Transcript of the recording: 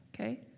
okay